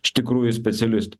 iš tikrųjų specialistų